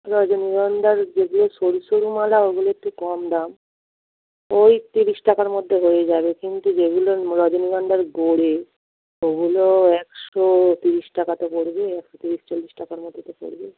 রজনীগন্ধার যেগুলো সরু সরু মালা ওগুলো একটু কম দাম ওই তিরিশ টাকার মধ্যে হয়ে যাবে কিন্তু যেগুলো রজনীগন্ধার গোড়ে ওগুলো একশো তিরিশ টাকা তো পড়বে একশো তিরিশ চল্লিশ টাকার মতো তো পড়বে